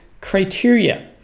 criteria